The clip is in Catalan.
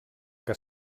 que